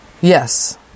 Yes